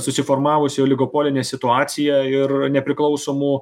susiformavusi oligopolinė situacija ir nepriklausomų